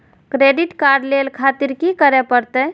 Credit card ले खातिर की करें परतें?